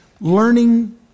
learning